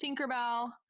Tinkerbell